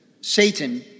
Satan